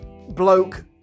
bloke